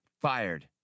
fired